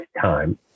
time